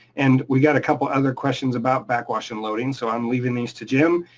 and we got a couple of other questions about backwash unloading, so i'm leaving these to jim.